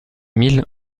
mille